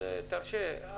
אז תרשה.